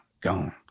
gone